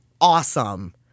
awesome